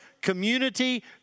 community